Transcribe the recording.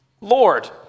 Lord